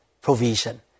provision